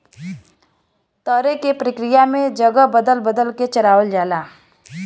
तरे के प्रक्रिया में जगह बदल बदल के चरावल जाला